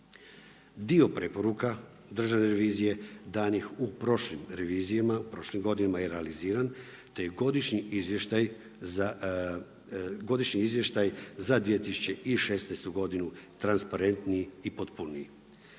Dio preporuka Državne revizije danih u prošlim revizijama, prošlim godinama je realiziran, te je godišnji izvještaj za 2016. godinu transparentniji i potpuniji.